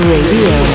Radio